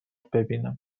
ببینم